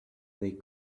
they